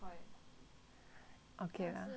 okay lah